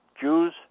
Jews